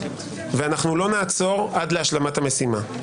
ואנחנו לא נעצור עד להשלמת המשימה.